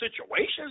situations